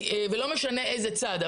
לא משנה איזה צד,